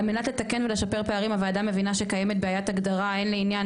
על מנת לתקן ולשפר פערים הוועדה מבינה שקיימת בעיה להגדרה הן לעניין